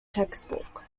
textbook